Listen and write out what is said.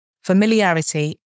familiarity